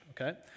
okay